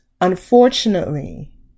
unfortunately